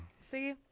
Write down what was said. See